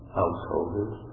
householders